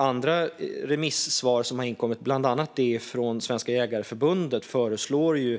Andra remissvar som har inkommit, bland annat det från Svenska Jägareförbundet, föreslår